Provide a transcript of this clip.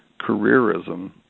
careerism